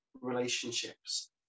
relationships